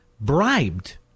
bribed